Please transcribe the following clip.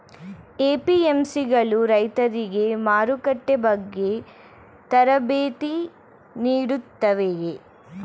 APMC ಗಳು ರೈತರಿಗೆ ಮಾರುಕಟ್ಟೆ ಬಗ್ಗೆ ತರಬೇತಿ ನೀಡುತ್ತವೆಯೇ?